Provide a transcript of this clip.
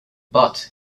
but